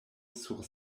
sur